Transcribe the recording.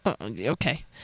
Okay